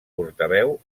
portaveu